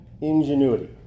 ingenuity